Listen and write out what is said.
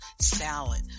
salad